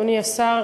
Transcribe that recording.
אדוני השר,